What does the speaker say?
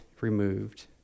removed